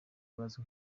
bazwi